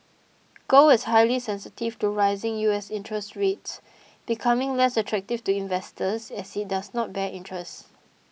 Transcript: gold is highly sensitive to rising U S interest rates becoming less attractive to investors as it does not bear interest